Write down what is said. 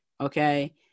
Okay